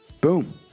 Boom